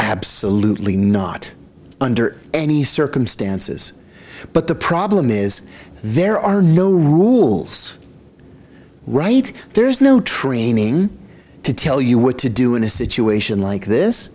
absolutely not under any circumstances but the problem is there are no rules right there is no training to tell you what to do in a situation like this